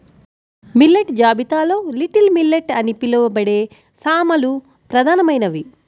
millet జాబితాలో little millet అని పిలవబడే సామలు ప్రధానమైనది